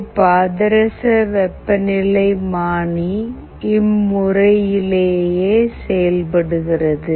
ஒரு பாதரச வெப்பநிலைமானி இம்முறையிலேயே செயல்படுகிறது